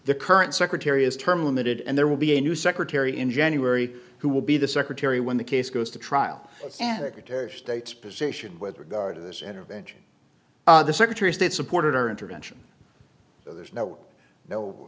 the current secretary is term limited and there will be a new secretary in january who will be the secretary when the case goes to trial and state's position with regard to this intervention the secretary of state supported our intervention so there's no